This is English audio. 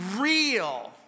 real